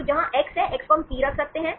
तो जहाँ x है x को हम P रख सकते हैं